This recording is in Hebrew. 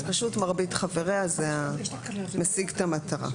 אז פשוט "מרבית חבריה" זה משיג את המטרה.